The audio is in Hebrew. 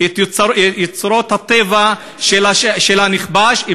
את אוצרות הטבע של הנכבש.